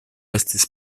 estis